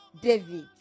David